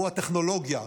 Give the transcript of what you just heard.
והוא הטכנולוגיה,